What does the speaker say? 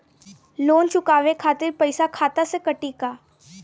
Loan चुकावे खातिर पईसा खाता से कटी का?